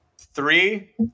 Three